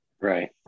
right